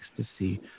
ecstasy